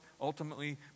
ultimately